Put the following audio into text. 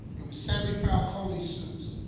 it was sammy falcone's suits.